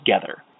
together